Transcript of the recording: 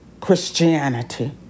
Christianity